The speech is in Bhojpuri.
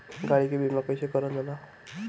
गाड़ी के बीमा कईसे करल जाला?